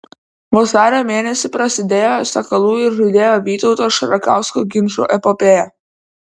vasario mėnesį prasidėjo sakalų ir žaidėjo vytauto šarakausko ginčų epopėja